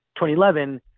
2011